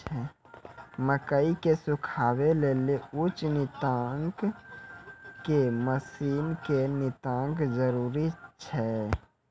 मकई के सुखावे लेली उच्च तकनीक के मसीन के नितांत जरूरी छैय?